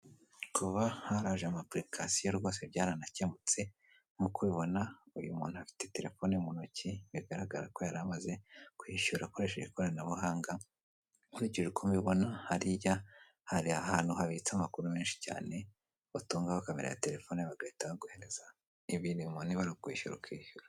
Kuba haraje amapulikasiyo rwose byarakemutse, nk'uko ubibona uyu muntu afite terefone mu ntoki bigaragara ko yari amaze kwishyura akoresheje ikoranabuhanga nkurikoje uko mbibona hariya hari ahantu habitse amakuru menshi cyane utungaho kamera ya terefone bagahita baguhereza ibirimo niba ari ukwishyura ukishyura.